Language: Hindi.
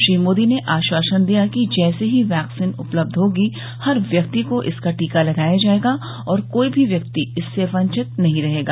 श्री मोदी ने आश्वासन दिया कि जैसे ही वैक्सीन उपलब्ध होगी हर व्यक्ति को इसका टीका लगाया जायेगा और कोई भी व्यक्ति इससे वंचित नहीं रहेगा